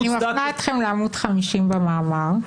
אני מפנה אתכם לעמוד 50 במאמר.